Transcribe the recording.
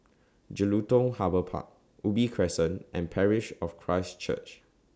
Jelutung Harbour Park Ubi Crescent and Parish of Christ Church